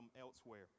elsewhere